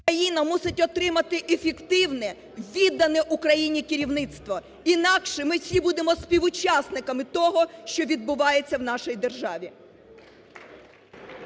Країна мусить отримати ефективне віддане Україні керівництво, інакше ми всі будемо співучасниками того, що відбувається у нашій державі.